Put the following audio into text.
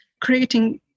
creating